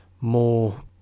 more